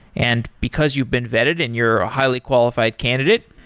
and because you've been vetted and you're a highly qualified candidate,